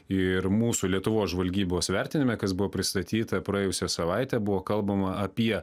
ir mūsų lietuvos žvalgybos vertinime kas buvo pristatyta praėjusią savaitę buvo kalbama apie